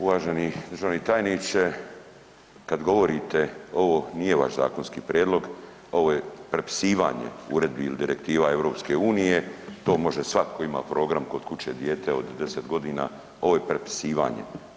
Uvaženi državni tajniče, kad govorite ovo nije vaš zakonski prijedlog, ovo je prepisivanje uredbi ili direktiva EU, to može svatko ko ima program kod kuće, dijete od 10.g., ovo je prepisivanje.